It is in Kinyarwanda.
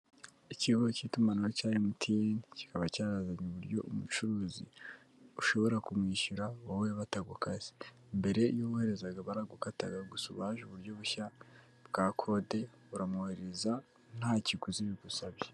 Ikigo cy'itumanaho cya MTN, kikaba cyarazanye uburyo umucuruzi ushobora kumwishyura wowe batagukase, mbere iyo woherezaga baragukataga, gusa ubu haje uburyo bushya bwa kode, uramwoherereza nta kiguzi bigusabye.